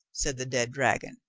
said the dead dragon.